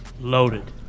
Loaded